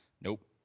Nope